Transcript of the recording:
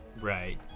Right